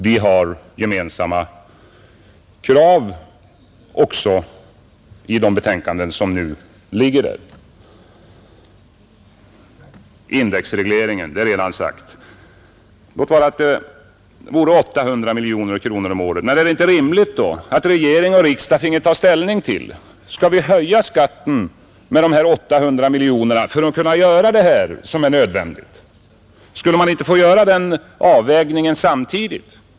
Vi har Flannmid done, = gemensamma krav också i de betänkanden som nu föreligger. Indexregleringen! Låt vara att det vore 800 miljoner kronor om året. Men är det då inte rimligt att regering och riksdag får ta ställning till om vi skall höja skatten med dessa 800 miljoner för att kunna göra det som vi anser vara nödvändigt. Skulle man inte få göra den avvägningen samtidigt?